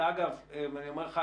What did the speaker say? ואני אומר לך,